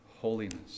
holiness